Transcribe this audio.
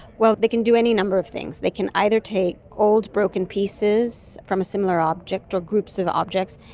well, they can do any number of things. they can either take old broken pieces from a similar object or groups of objects,